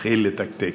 מתחיל לתקתק.